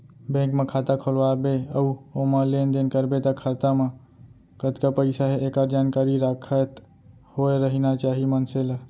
bank म खाता खोलवा बे अउ ओमा लेन देन करबे त खाता म कतका पइसा हे एकर जानकारी राखत होय रहिना चाही मनसे ल